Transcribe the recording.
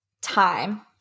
time